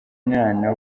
umwana